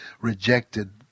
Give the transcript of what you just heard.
rejected